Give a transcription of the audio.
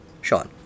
Sean